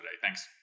Thanks